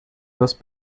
was